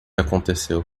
aconteceu